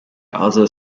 other